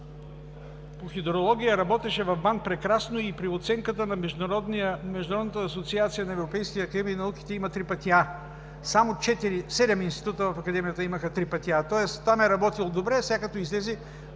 по хидрология работеше в БАН прекрасно и при оценката на Международната асоциация на Европейската академия на науките има три пъти А. Само седем института в Академията имаха три пъти А, тоест там е работил добре. Сега, като излезе,